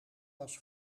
was